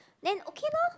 then okay lor